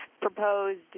proposed